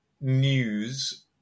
news